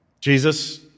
Jesus